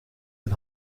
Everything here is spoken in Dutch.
een